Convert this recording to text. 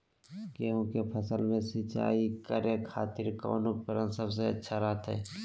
गेहूं के फसल में सिंचाई करे खातिर कौन उपकरण सबसे अच्छा रहतय?